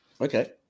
okay